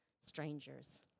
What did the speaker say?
strangers